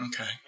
Okay